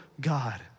God